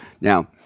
Now